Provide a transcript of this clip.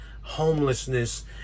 homelessness